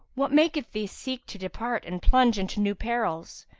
what maketh thee seek to depart and plunge into new perils,